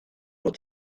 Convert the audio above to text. nos